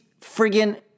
friggin